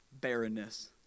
barrenness